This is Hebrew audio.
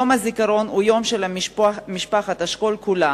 יום הזיכרון הוא יום של משפחת השכול כולה.